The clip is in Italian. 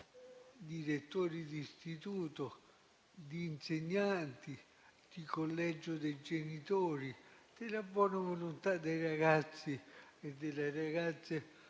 direttori d'istituto, degli insegnanti, del collegio dei genitori e della buona volontà dei ragazzi e delle ragazze,